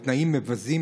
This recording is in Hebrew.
בתנאים מבזים,